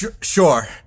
sure